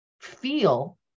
feel